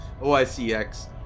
OICX